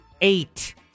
eight